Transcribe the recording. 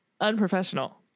unprofessional